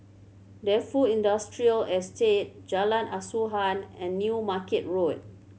Defu Industrial Estate Jalan Asuhan and New Market Road